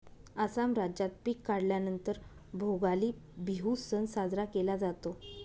आसाम राज्यात पिक काढल्या नंतर भोगाली बिहू सण साजरा केला जातो